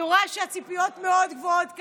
אני רואה שהציפיות כאן מאוד גבוהות,